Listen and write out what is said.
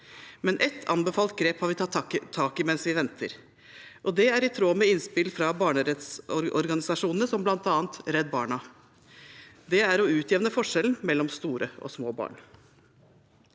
i ett anbefalt grep mens vi venter, og det er i tråd med innspill fra barnerettsorganisasjonene, som bl.a. Redd Barna: Det er å utjevne forskjellen mellom store og små barn.